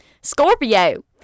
Scorpio